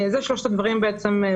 אלה שלושת הדברים בקצרה.